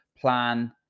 plan